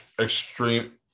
extreme